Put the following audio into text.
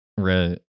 right